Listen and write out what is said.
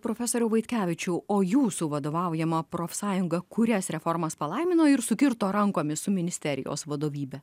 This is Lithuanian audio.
profesoriau vaitkevičiau o jūsų vadovaujama profsąjunga kurias reformas palaimino ir sukirto rankomis su ministerijos vadovybe